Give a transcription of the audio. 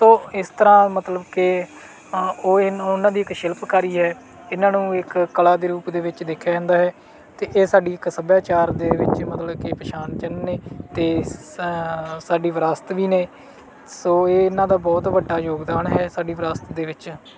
ਸੋ ਇਸ ਤਰ੍ਹਾਂ ਮਤਲਬ ਕਿ ਉਹ ਇਹਨੂੰ ਉਹਨਾਂ ਦੀ ਇੱਕ ਸ਼ਿਲਪਕਾਰੀ ਹੈ ਇਹਨਾਂ ਨੂੰ ਇੱਕ ਕਲਾ ਦੇ ਰੂਪ ਦੇ ਵਿੱਚ ਦੇਖਿਆ ਜਾਂਦਾ ਹੈ ਅਤੇ ਇਹ ਸਾਡੀ ਇੱਕ ਸੱਭਿਆਚਾਰ ਦੇ ਵਿੱਚ ਮਤਲਬ ਕਿ ਪਛਾਣ ਚਿੰਨ੍ਹ ਨੇ ਅਤੇ ਸ ਸਾਡੀ ਵਿਰਾਸਤ ਵੀ ਨੇ ਸੋ ਇਹ ਇਹਨਾਂ ਦਾ ਬਹੁਤ ਵੱਡਾ ਯੋਗਦਾਨ ਹੈ ਸਾਡੀ ਵਿਰਾਸਤ ਦੇ ਵਿੱਚ